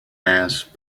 mass